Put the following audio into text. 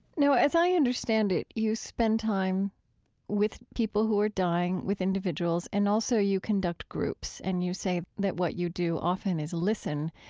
now, as i understand it, you spend time with people who are dying, with individuals, and also you conduct groups, and you say that what you do often is listen.